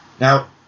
Now